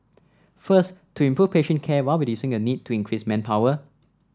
first to improve patient care while reducing the need to increase manpower